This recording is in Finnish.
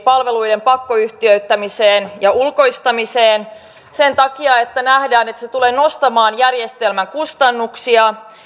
palvelujen pakkoyhtiöittämiseen ja ulkoistamiseen kriittisesti sen takia että nähdään että se tulee nostamaan järjestelmän kustannuksia